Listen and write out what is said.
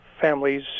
families